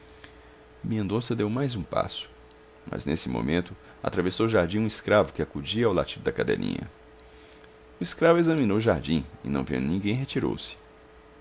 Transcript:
mendonça deu mais um passo mas nesse momento atravessou o jardim um escravo que acudia ao latido da cadelinha o escravo examinou o jardim e não vendo ninguém retirou-se